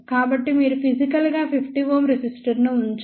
కాబట్టి మీరు ఫిజికల్ గా 50 Ω రెసిస్టర్ను ఉంచరు